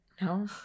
no